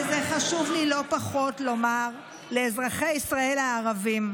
ואת זה חשוב לי לא פחות לומר לאזרחי ישראל הערבים,